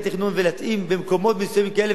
ולהתאים במקומות מסוימים כאלה ואחרים.